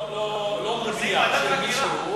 אני לא מודיע של מישהו,